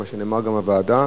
מה שנאמר גם בוועדה,